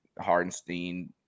Hardenstein